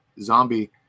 zombie